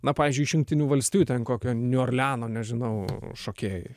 na pavyzdžiui iš jungtinių valstijų ten kokio niu orleano nežinau šokėjai